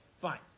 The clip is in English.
fine